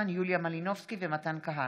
עידן רול